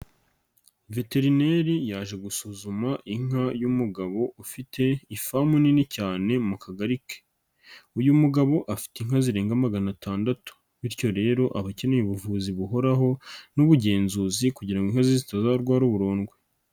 Veterineri yaje gusuzuma inka y'umugabo ufite ifamu nini cyane mu Kagari ke, uyu mugabo afite inka zirenga magana atandatu bityo rero aba akeneye ubuvuzi buhoraho n'ubugenzuzi kugira ngo inka ze zitazarwa uburondwe.